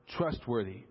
trustworthy